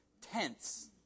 Tense